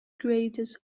greatest